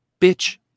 bitch